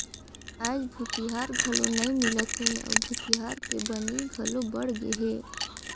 आयज भूथिहार घलो नइ मिलत हे अउ भूथिहार के बनी घलो बड़ गेहे